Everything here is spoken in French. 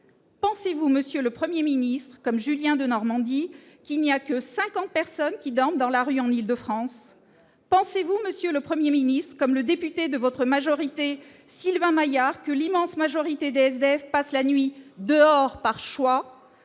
pensez-vous, Monsieur le 1er Ministre comme Julien Denormandie qu'il n'y a que 50 personnes qui dorment dans la rue en Île-de-France, pensez-vous, Monsieur le 1er ministre comme le député de votre majorité Sylvain Maillard que l'immense majorité de SDF passent la nuit dehors par choix,